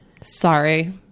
Sorry